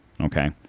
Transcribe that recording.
Okay